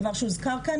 הדבר שהוזכר כאן,